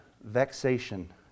vexation